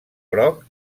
groc